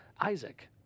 Isaac